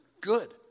Good